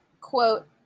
quote